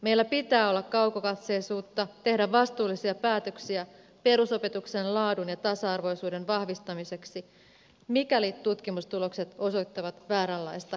meillä pitää olla kaukokatseisuutta tehdä vastuullisia päätöksiä perusopetuksen laadun ja tasa arvoisuuden vahvistamiseksi mikäli tutkimustulokset osoittavat vääränlaista kehitystä